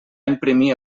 imprimir